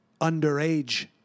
underage